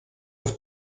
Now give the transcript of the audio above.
auf